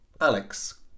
Alex